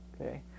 Okay